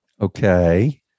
okay